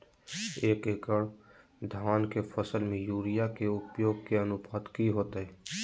एक एकड़ धान के फसल में यूरिया के उपयोग के अनुपात की होतय?